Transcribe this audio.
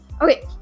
Okay